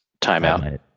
timeout